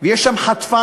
ויש שם חטפני,